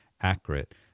accurate